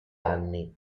anni